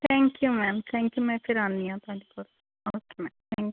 thank you ma'am thank you ਮੈਂ ਫਿਰ ਆਉਂਦੀ ਹਾਂ ਤੁਹਾਡੇ ਕੋਲ ਓਕੇ ਮੈਮ ਥੈਂਕ ਯੂ